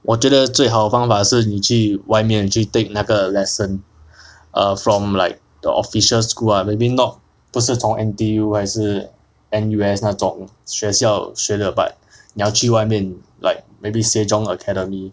我觉得最好的方法是你去外面去 take 那个 lesson err from like the official school lah maybe not 不是从 N_T_U 还是 N_U_S 那种学校学的 but 你要去外面 like maybe sejong academy